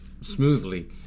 smoothly